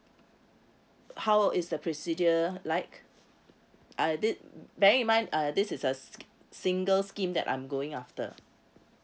how is the procedure like I did bear in mine uh this is a single scheme that I'm going after